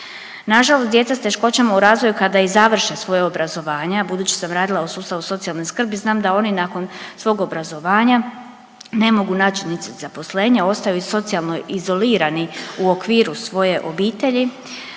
Nažalost djeca s teškoćama u razvoju kada i završe svoje obrazovanje, a budući sam radili u sustavu socijalne skrbi znam da oni nakon svog obrazovanja ne mogu naći niti zaposlenje, ostaju socijalno izolirani u okviru svoje obitelji